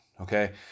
Okay